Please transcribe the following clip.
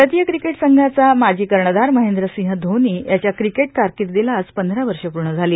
भारतीय क्रिकेट सघ्नाचा माजी कर्णधार महेंद्रसिद्व धोनी याच्या क्रिकेट कारकीर्दीला आज पध्वरा वर्ष पूर्ण झाली